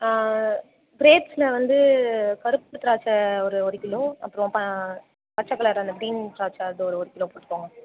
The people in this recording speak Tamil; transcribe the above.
கிரேப்சுஸ்ஸில் வந்து கருப்பு திராட்சை ஒரு ஒரு கிலோ அப்புறம் ப பச்சை கலர் அந்த க்ரீன் திராட்சை அதில் ஒரு ஒரு கிலோ போட்டுக்கோங்க